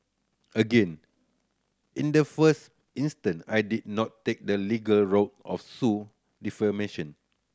again in the first instance I did not take the legal route or sue defamation